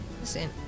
listen